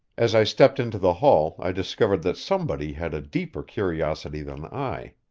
as i stepped into the hall i discovered that somebody had a deeper curiosity than i.